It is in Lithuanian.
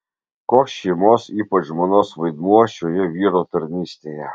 koks šeimos ypač žmonos vaidmuo šioje vyro tarnystėje